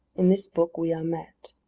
in this book we are met.